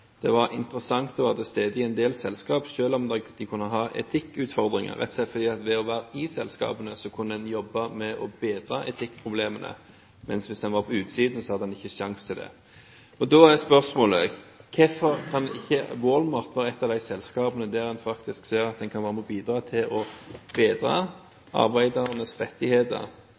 det var interessant å være til stede i en del selskap, selv om de kunne ha etikkutfordringer, rett og slett fordi at ved å være i selskapet kunne en jobbe med å bedre etikkproblemet, mens hvis en var på utsiden, hadde en ikke sjanse til det. Da er spørsmålet: Hvorfor kan ikke Wal-Mart være et av de selskapene der en faktisk ser at en kan være med på å bidra til å bedre arbeidernes rettigheter,